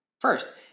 First